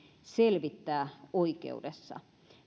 selvittää oikeudessa